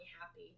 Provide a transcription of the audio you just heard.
happy